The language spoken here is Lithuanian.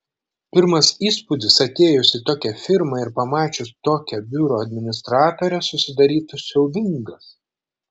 pirmas įspūdis atėjus į tokią firmą ir pamačius tokią biuro administratorę susidarytų siaubingas